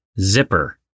Zipper